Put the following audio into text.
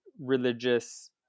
religious